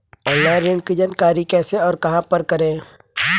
Online ऋण की जानकारी कैसे और कहां पर करें?